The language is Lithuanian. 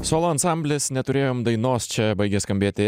solo ansamblis neturėjom dainos čia baigė skambėti